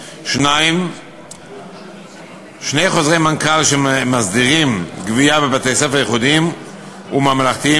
2. שני חוזרי מנכ"ל שמסדירים גבייה בבתי-ספר ייחודיים וממלכתיים-דתיים,